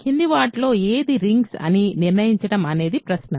కిందివాటిలో ఏది రింగ్స్ అని నిర్ణయించడం అనేది ప్రశ్న